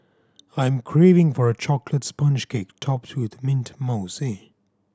I'm craving for a chocolate sponge cake topped with mint mousse